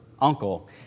uncle